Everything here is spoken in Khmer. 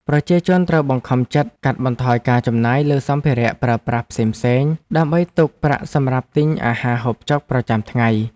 ប្រជាជនត្រូវបង្ខំចិត្តកាត់បន្ថយការចំណាយលើសម្ភារៈប្រើប្រាស់ផ្សេងៗ ដើម្បីទុកប្រាក់សម្រាប់ទិញអាហារហូបចុកប្រចាំថ្ងៃ។